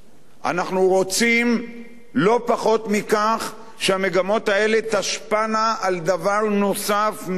אנחנו רוצים לא פחות מכך שהמגמות האלה תשפענה על דבר נוסף מיידי,